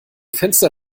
fenster